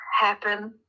happen